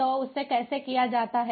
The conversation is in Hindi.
तो उसे कैसे किया जाता है